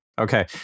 Okay